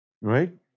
Right